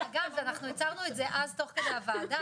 ואנחנו הצהרנו את זה אז תוך כדי הוועדה,